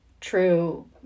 true